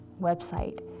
website